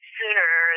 Sooner